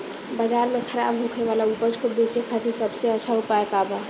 बाजार में खराब होखे वाला उपज को बेचे के खातिर सबसे अच्छा उपाय का बा?